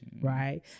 right